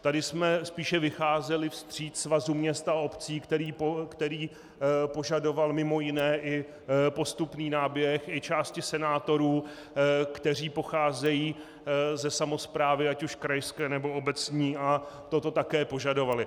Tady jsme spíše vycházeli vstříc Svazu měst a obcí, který požadoval mj. postupný náběh, i části senátorů, kteří pocházejí ze samosprávy, ať už krajské, nebo obecní, a toto také požadovali.